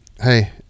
hey